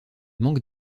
manque